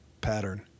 pattern